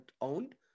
owned